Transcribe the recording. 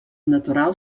natural